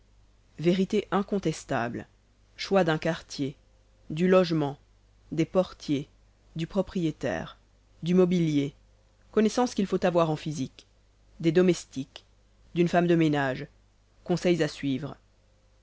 vérité incontestable choix d'un quartier du logement des portiers du propriétaire du mobilier connaissances qu'il faut avoir en physique des domestiques d'une femme de ménage conseils à suivre